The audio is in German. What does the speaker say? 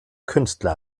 künstler